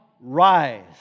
rise